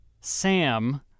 Sam